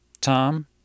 Tom